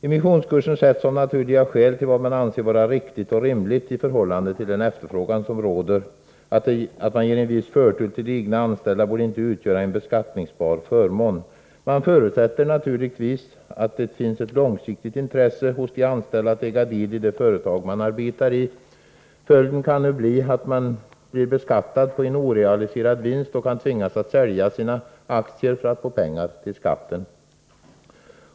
Emissionskursen bestäms, av naturliga skäl, av vad man anser vara riktigt och rimligt i förhållande till rådande efterfrågan. Att företagets anställda i viss utsträckning får förtur borde inte utgöra en beskattningsbar förmån. Man förutsätter naturligtvis att det finns ett långsiktigt intresse hos de anställda att vara delägare i det företag som man arbetar i. Följden kan emellertid bli att man beskattas för en orealiserad vinst. Man kan då bli tvungen att sälja sina aktier för att få pengar till skatten.